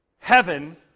heaven